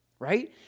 Right